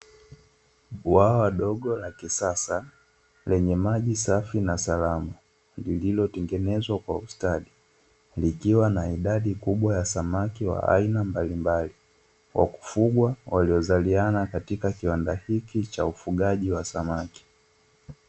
Bwawa dogo la kisasa lenye maji safi na salama, lililotengenezwa kwa ustadi, likiwa na idadi kubwa ya samaki wa aina mbalimbali wa kufugwa, waliozaliana katika kiwanda hiki cha ufugaji wa samaki.